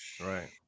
Right